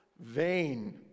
Vain